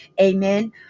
amen